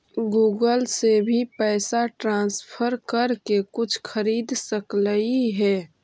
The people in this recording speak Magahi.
गूगल से भी पैसा ट्रांसफर कर के कुछ खरिद सकलिऐ हे?